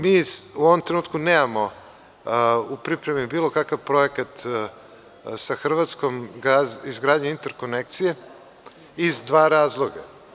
Mi u ovom trenutku nemamo u pripremi bilo kakav projekat sa Hrvatskom, izgradnja interkonekcije iz dva razloga.